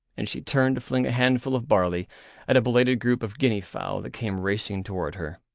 and she turned to fling a handful of barley at a belated group of guinea fowl that came racing toward her.